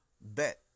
bet